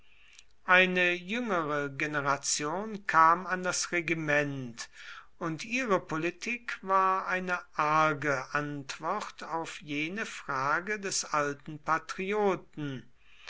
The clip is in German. eine jüngere generation kam an das regiment und ihre politik war eine arge antwort auf jene frage des alten patrioten